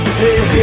hey